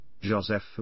Joseph